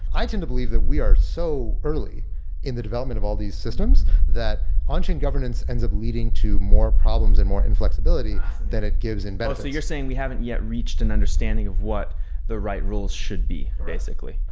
i tend to believe that we are so early in the development of all these systems, that onchain governance ends up leading to more problems and more inflexibility that it gives in benefits oh! so you're saying we haven't yet reached an understanding of what the right rules should be basically,